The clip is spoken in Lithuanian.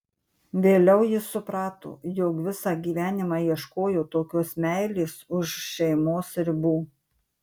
vėliau jis suprato jog visą gyvenimą ieškojo tokios meilės už šeimos ribų